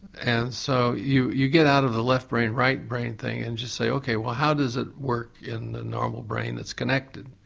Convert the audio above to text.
and so you you get out of the left brain right brain thing and just say okay, well how does it work in the normal brain that's connected?